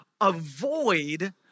avoid